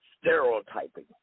stereotyping